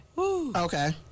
Okay